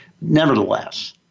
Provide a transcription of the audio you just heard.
Nevertheless